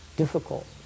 difficult